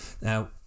now